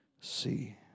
see